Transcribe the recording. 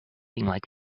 like